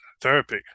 therapy